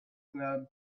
club